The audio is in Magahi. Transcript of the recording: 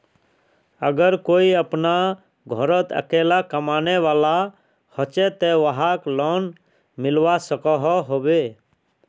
अगर कोई अपना घोरोत अकेला कमाने वाला होचे ते वाहक लोन मिलवा सकोहो होबे?